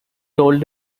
told